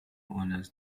honors